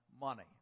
money